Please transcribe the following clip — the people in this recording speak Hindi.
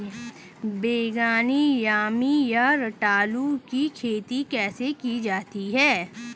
बैगनी यामी या रतालू की खेती कैसे की जाती है?